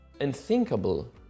unthinkable